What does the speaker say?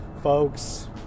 folks